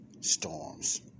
storms